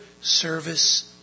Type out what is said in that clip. service